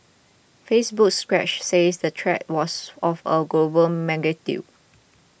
Facebook's Stretch said the threat was of a global magnitude